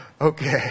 Okay